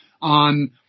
on